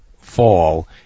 fall